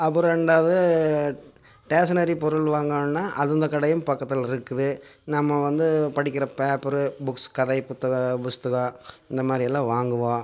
அப்புறம் ரெண்டாவது ஸ்டேஸ்னரி பொருள் வாங்கணும்னா அதுவும் அந்த கடையும் பக்கத்தில் இருக்குது நம்ம வந்து படிக்கிறப்போ அப்றோம் புக்ஸ் கதை புத்தகம் புத்தகம் இந்தமாதிரியெல்லாம் வாங்குவோம்